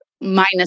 minus